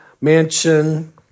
mansion